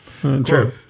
True